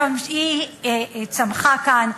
היא צמחה כאן,